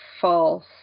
False